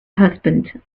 husband